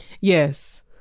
Yes